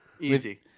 Easy